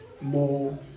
more